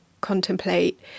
contemplate